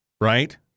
right